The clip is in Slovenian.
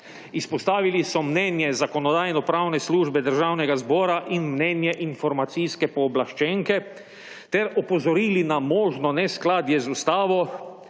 Izpostavili so mnenje Zakonodajno-pravne službe Državnega zbora in mnenje Informacijske pooblaščenke ter opozorili na možno neskladje z Ustavo